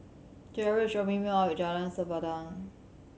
Gerald is dropping me off at Jalan Sempadan